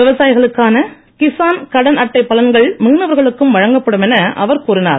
விவசாயிகளுக்கான கிசான் கடன்அட்டைப் பலன்கள் மீனவர்களுக்கும் வழங்கப்படும் என அவர் கூறினார்